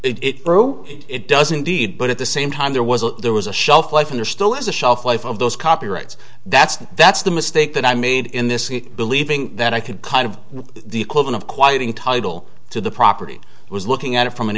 bro it doesn't deed but at the same time there was a there was a shelf life and are still has a shelf life of those copyrights that's the that's the mistake that i made in this believing that i could kind of the equivalent quiting title to the property was looking at it from an